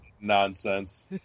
nonsense